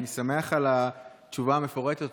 ואני שמח על התשובה המפורטת.